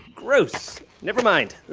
gross. never mind. ew,